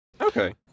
Okay